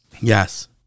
yes